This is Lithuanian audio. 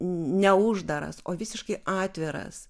neuždaras o visiškai atviras